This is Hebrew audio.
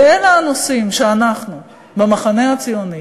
ואלה הנושאים שאנחנו במחנה הציוני